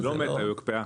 לא באמצע, היא הוקפאה.